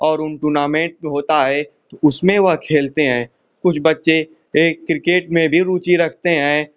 और उन टूर्नामेंट में होता है तो उसमें वह खेलते हैं कुछ बच्चे वे किर्केट में भी रुचि रखते हैं